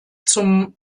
zum